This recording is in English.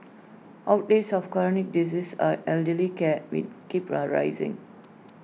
outlays of chronic diseases and elderly care will keep A rising